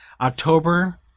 October